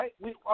right